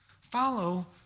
follow